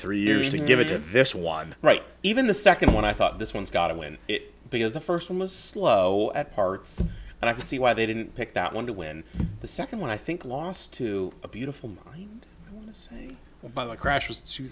three years to give it to this one right even the second one i thought this one's got to win it because the first one was slow at parts and i can see why they didn't pick that one to win the second one i think lost to a beautiful mind by